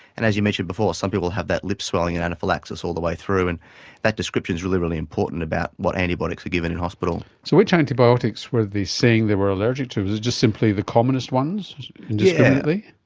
and as you mentioned before, some people had that lip swelling and anaphylaxis all the way through, and that description is really, really important about what antibiotics are given in hospital. so which antibiotics were they saying they were allergic to? was it just simply the commonest ones indiscriminately?